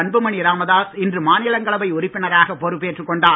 அன்புமணி ராமதாஸ் இன்று மாநிலங்களவை உறுப்பினராக பொறுப்பு ஏற்றுக்கொண்டார்